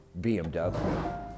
BMW